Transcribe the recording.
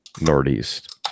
northeast